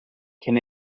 can